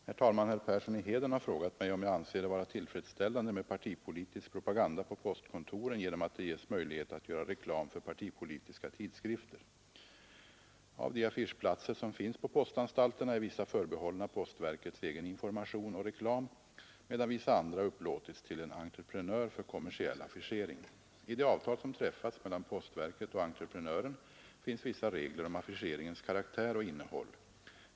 Herr talman! Herr Persson i Heden har frågat mig om jag anser det vara tillfredsställande med partipolitisk propaganda på postkontoren genom att det ges möjlighet att göra reklam för partipolitiska tidskrifter. Av de affischplatser som finns på postanstalterna är vissa förbehållna postverkets egen information och reklam, medan vissa andra upplåtits till en entreprenör för kommersiell affischering. I det avtal som träffats mellan postverket och entreprenören finns vissa regler om affischeringens karaktär och innehåll.